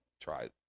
try